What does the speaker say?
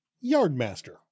Yardmaster